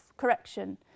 correction